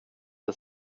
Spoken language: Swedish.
ett